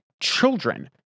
children